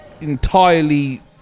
Entirely